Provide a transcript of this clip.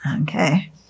Okay